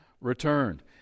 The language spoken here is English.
returned